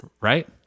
right